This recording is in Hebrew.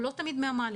והוא לא תמיד נאמן.